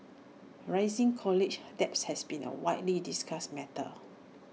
rising college debt has been A widely discussed matter